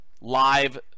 live